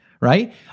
right